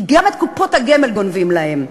כי גם את קופות הגמל גונבים להם.